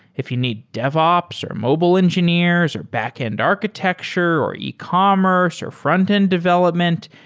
if you need devops, or mobile engineers, or backend architecture, or ecommerce, or frontend development,